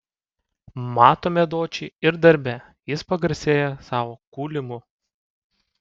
matome dočį ir darbe jis pagarsėja savo kūlimu